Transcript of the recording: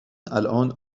الان